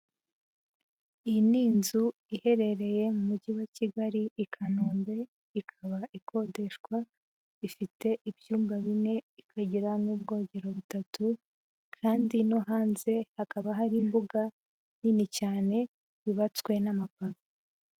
Iyi ni inzu iherereye mu mujyi wa Kigali, i Kanombe, ikaba ikodeshwa, ifite ibyumba bine, ikagira n'ubwogero butatu kandi no hanze hakaba hari imbuga nini cyane yubatswe n'amapave.